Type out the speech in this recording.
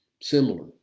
Similar